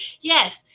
Yes